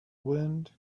wind